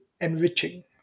enriching